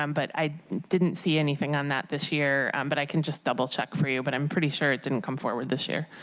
um but i didn't see anything on that this year, um but i can double check for you, but i'm pretty sure it didn't come forward this year.